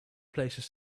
places